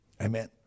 Amen